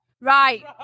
Right